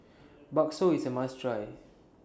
Bakso IS A must Try